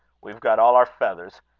we've got all our feathers.